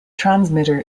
transmitter